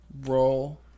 roll